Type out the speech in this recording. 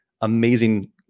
amazing